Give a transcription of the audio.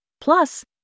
Plus